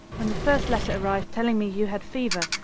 when the first letter arrived telling me you had fever,